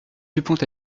dupont